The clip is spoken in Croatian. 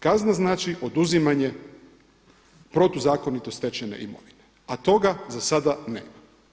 Kazna znači oduzimanje protuzakonito stečene imovine a toga za sada nema.